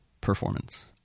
performance